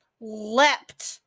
leapt